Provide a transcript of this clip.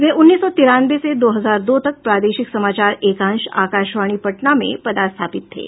वे उन्नीस सौ तिरानवे से दो हजार दो तक प्रदेशिक समाचार एकांश आकाशवाणी पटना में पदस्थापित थे